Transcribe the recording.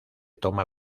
toma